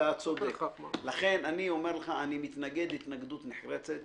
לכן אני אומר לך, אני מתנגד התנגדות נחרצת